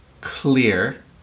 clear